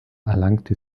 erlangte